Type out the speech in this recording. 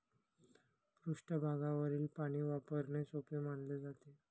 पृष्ठभागावरील पाणी वापरणे सोपे मानले जाते